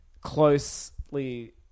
Closely